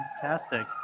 Fantastic